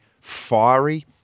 fiery